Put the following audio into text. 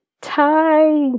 tie